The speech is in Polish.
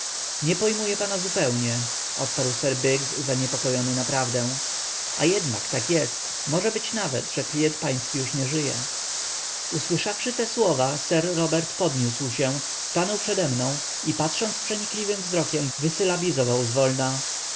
nie pojmuję pana zupełnie odpowiedział sir biggs zaniepokojony naprawdę a jednak tak jest może być nawet że klient pański już nie żyje usłyszawszy te słowa sir robert podniósł się stanął przedemną i patrząc przenikliwym wzrokiem wysylabizował zwolna